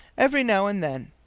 every now and then.